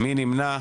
מי נמנע?